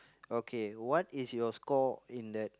okay what is your score in that